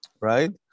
right